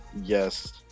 Yes